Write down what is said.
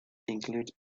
include